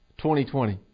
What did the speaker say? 2020